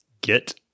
get